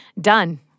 Done